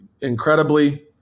incredibly